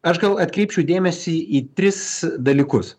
aš gal atkreipčiau dėmesį į tris dalykus